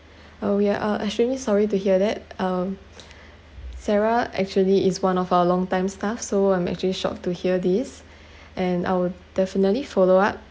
uh we are uh extremely sorry to hear that um sarah actually is one of our long time staff so I'm actually shocked to hear this and I'll definitely follow up